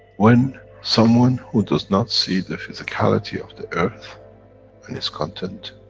when someone who does not see the physicality of the earth and its content,